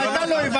תגיד לכולנו.